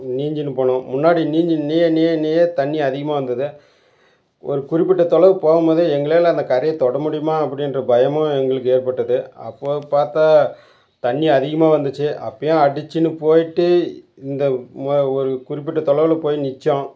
நீஞ்சுன்னு போனோம் முன்னாடி நீந்தி நீய நீய நீய தண்ணி அதிகமாக வந்தது ஒரு குறிப்பிட்ட தொலைவு போகும்போதே எங்களால் அந்த கரையை தொட முடியுமா அப்படின்ற பயமும் எங்களுக்கு ஏற்பட்டது அப்போது பார்த்தா தண்ணி அதிகமாக வந்துச்சு அப்போயும் அடிச்சுன்னு போயிட்டு இந்த ஒரு குறிப்பிட்ட தொலைவில் போய் நிச்சோம்